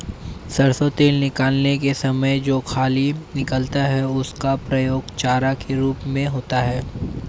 सरसों तेल निकालने के समय में जो खली निकलता है उसका प्रयोग चारा के रूप में होता है